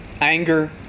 anger